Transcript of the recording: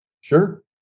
Sure